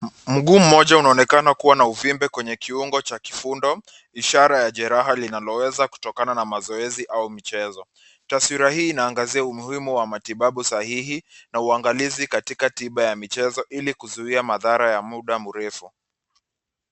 Mguu mmoja unaonekana kuwa na uvimbe kwenye kiungo cha kifundo, ishara ya jeraha linaloweza kutokana na mazoezi au michezo. Taswira hii inaangazia umuhimu wa matibabu sahihi na uangalizi katika tiba ya michezo ili kuzuhia madhara ya muda mrefu.